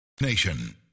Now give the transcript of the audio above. Nation